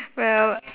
well